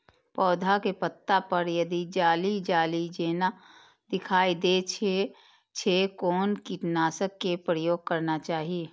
पोधा के पत्ता पर यदि जाली जाली जेना दिखाई दै छै छै कोन कीटनाशक के प्रयोग करना चाही?